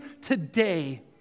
today